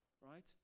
right